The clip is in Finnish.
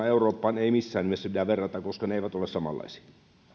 euroopan olosuhteita ei missään nimessä pidä verrata koska ne eivät ole samanlaisia